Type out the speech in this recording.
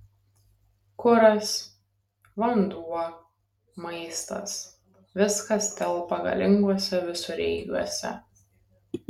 kuras vanduo maistas viskas telpa galinguose visureigiuose